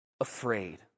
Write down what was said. afraid